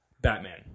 Batman